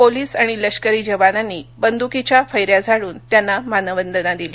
police आणि लष्करी जवानांनी बंदुकीच्या फैन्या झाडून त्यांना मानवंदना दिली